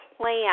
plan